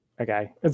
Okay